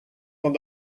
van